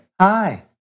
Hi